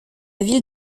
ville